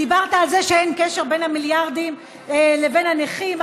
דיברת על זה שאין קשר בין המיליארדים לבין הנכים,